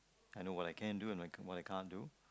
I know what I can do and what I can't do